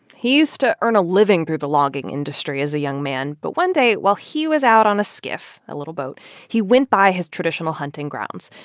he used to earn a living through the logging industry as a young man, but one day while he was out on a skiff a little boat he went by his traditional hunting grounds.